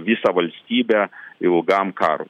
visą valstybę ilgam karui